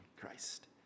Christ